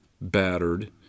battered